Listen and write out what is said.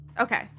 Okay